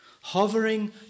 hovering